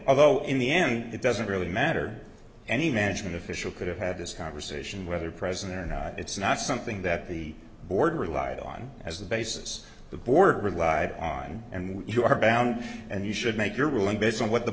although in the end it doesn't really matter any management official could have had this conversation whether present and it's not something that the board relied on as the basis the board relied on and you are bound and you should make your ruling based on what the